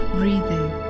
breathing